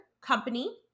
Company